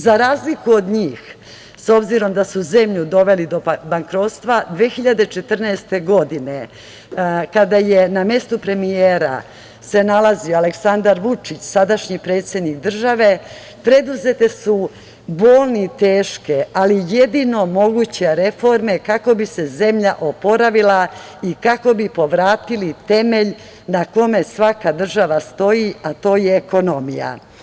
Za razliku od njih, s obzirom da su zemlju doveli do bankrotstva, 2014. godine, kada se na mestu premijera nalazio Aleksandar Vučić, sadašnji predsednik države, preduzete su bolne i teške, ali jedino moguće reforme kako bi se zemlja oporavila i kako bi povratili temelj na kome svaka država stoji, a to je ekonomija.